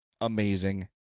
amazing